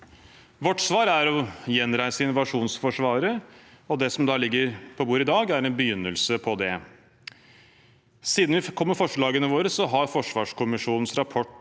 Vårt svar er å gjenreise invasjonsforsvaret, og det som ligger på bordet i dag, er en begynnelse på det. Siden vi kom med forslagene våre, har forsvarskommisjonens rapport